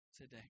today